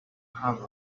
have